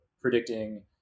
predicting